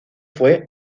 fue